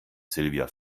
silvia